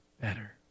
better